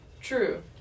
True